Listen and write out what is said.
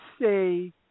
say